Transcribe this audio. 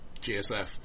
GSF